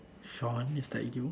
Shaun is that you